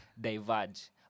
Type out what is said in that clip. diverge